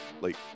Late